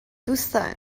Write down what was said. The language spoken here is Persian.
دوستان